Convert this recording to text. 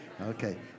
Okay